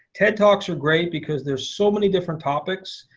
ted talks are great because there's so many different topics.